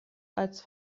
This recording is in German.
als